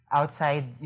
outside